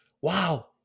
Wow